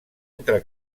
entre